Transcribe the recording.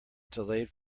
delayed